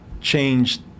changed